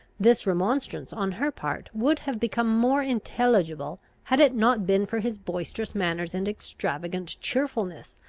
this remonstrance on her part would have become more intelligible, had it not been for his boisterous manners and extravagant cheerfulness,